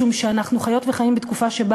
משום שאנחנו חיות וחיים בתקופה שבה